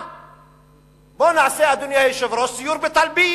סיור בטלביה